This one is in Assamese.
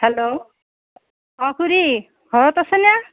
হেল্ল' অঁ খুৰী ঘৰত আছেনে